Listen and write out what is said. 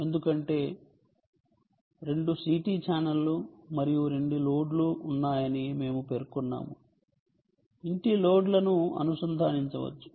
ఎందుకంటే 2CT ఛానెల్లు మరియు 2 లోడ్లు ఉన్నాయని మేము పేర్కొన్నాము ఇంటి లోడ్లను అనుసంధానించవచ్చు